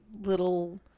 little